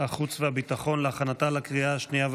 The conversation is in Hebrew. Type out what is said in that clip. החוץ והביטחון נתקבלה.